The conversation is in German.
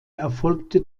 erfolgte